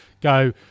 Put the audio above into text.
go